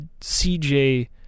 CJ